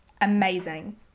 amazing